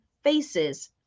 faces